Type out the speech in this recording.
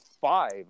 five